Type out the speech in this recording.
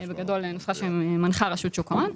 בגדול, נוסחה שמנחה רשות שוק ההון.